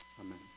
Amen